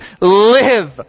live